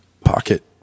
pocket